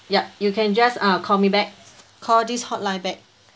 yup you can just err call me back call this hotline back